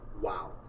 Wow